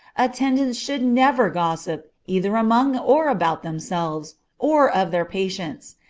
attendants should never gossip, either among or about themselves, or of their patients.